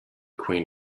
queen